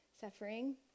suffering